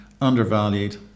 undervalued